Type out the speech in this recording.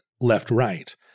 left-right